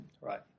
Right